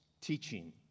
teaching